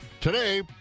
Today